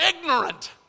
ignorant